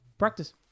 practice